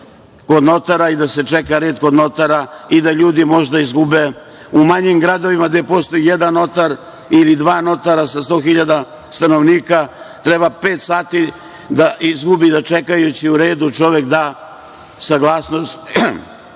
kod notara i da se čeka red kod notara i da ljudi možda izgube u manjim gradovima gde postoji jedan notar ili dva notara sa sto hiljada stanovnika, treba pet sati da izgubi da čekajući u redu čovek da saglasnost,